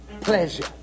pleasure